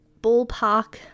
ballpark